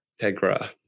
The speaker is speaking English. Tegra